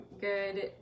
good